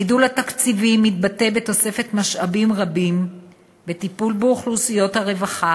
הגידול התקציבי מתבטא בתוספת משאבים רבים לטיפול באוכלוסיות הרווחה